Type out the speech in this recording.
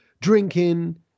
drinking